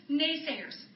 naysayers